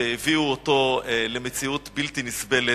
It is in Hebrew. שהביאו אותו למציאות בלתי נסבלת,